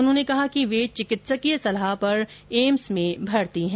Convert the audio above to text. उन्होंने कहा वे चिकित्सकीय सलाह पर एम्स में भर्ती हैं